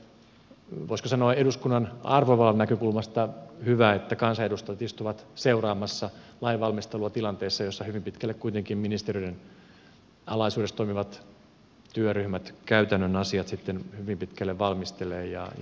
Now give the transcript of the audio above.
en tiedä onko voisiko sanoa eduskunnan arvovallan näkökulmasta hyvä että kansanedustajat istuvat seuraamassa lain valmistelua tilanteessa jossa kuitenkin ministeriöiden alaisuudessa toimivat työryhmät käytännön asiat sitten hyvin pitkälle valmistelevat